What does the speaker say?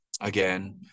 again